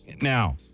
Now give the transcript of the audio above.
Now